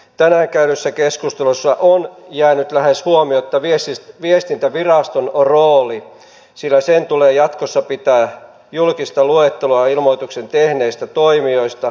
tänään käydyssä keskustelussa on jäänyt lähes huomiotta viestintäviraston rooli sillä sen tulee jatkossa pitää julkista luetteloa ilmoituksen tehneistä toimijoista